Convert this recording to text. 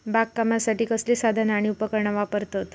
बागकामासाठी कसली साधना आणि उपकरणा वापरतत?